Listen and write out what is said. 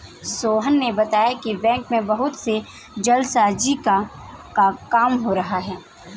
सोहन ने बताया कि बैंक में बहुत से जालसाजी का काम हो रहा है